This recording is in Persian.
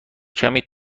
کمی